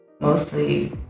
mostly